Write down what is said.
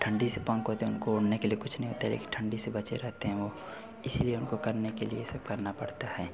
ठंडी से पंख होते उनको उड़ने के लिए कुछ नहीं होता लेकिन ठंडी से बचे रहते हैं वह इसी लिए उनको करने के लिए यह सब करना पड़ता है